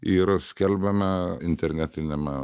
ir skelbiame internetiniame